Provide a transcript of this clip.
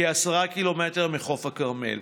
כ-10 ק"מ מחוף הכרמל.